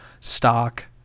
stock